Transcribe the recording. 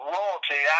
Royalty